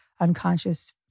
unconscious